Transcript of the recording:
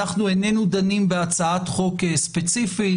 אנחנו איננו דנים בהצעת חוק ספציפית.